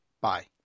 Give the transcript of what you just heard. Bye